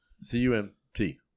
C-U-M-T